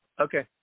Okay